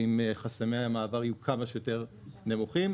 ואם חסמי המעבר יהיו כמה שיותר נמוכים,